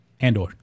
Andor